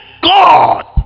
God